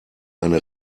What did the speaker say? eine